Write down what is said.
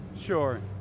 Sure